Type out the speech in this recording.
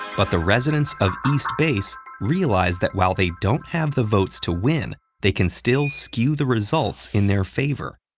but the residents of east base realize that while they don't have the votes to win, they can still skew the results in their favor.